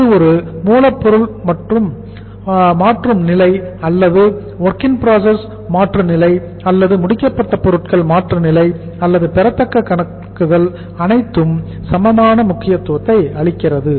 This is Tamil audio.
இது ஒரு மூலப்பொருள் மாற்று நிலை அல்லது அது WIP மாற்று நிலை அல்லது அது முடிக்கப்பட்ட பொருட்கள் மாற்று நிலை அல்லது பெறத்தக்க கணக்குகள் அனைத்துக்கும் சமமான முக்கியத்துவத்தை அளிக்கிறது